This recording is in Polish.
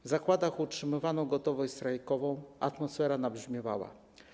W zakładach utrzymywano gotowość strajkową, atmosfera nabrzmiewała.